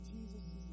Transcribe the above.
Jesus